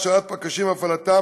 הכשרת פקחים והפעלתם,